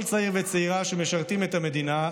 כל צעיר וצעירה שמשרתים את המדינה,